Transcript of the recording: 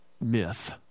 myth